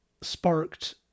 sparked